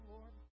Lord